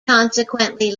consequently